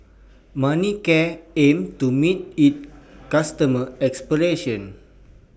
Manicare aims to meet its customers' expectations